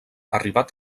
arribat